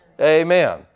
Amen